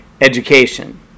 education